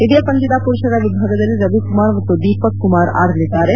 ಇದೇ ಪಂದ್ಯದ ಪುರುಷರ ವಿಭಾಗದಲ್ಲಿ ರವಿಕುಮಾರ್ ಮತ್ತು ದೀಪಕ್ ಕುಮಾರ್ ಆಡಲಿದ್ದಾರೆ